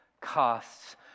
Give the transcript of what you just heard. costs